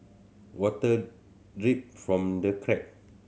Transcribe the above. water drip from the crack